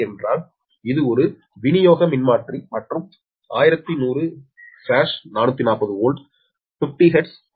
ஏ என்றால் இது ஒரு விநியோக மின்மாற்றி மற்றும் 1100440 வோல்ட் 50 ஹெர்ட்ஸ்